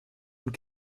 und